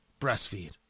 breastfeed